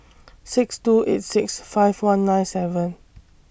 six two eight six five one nine seven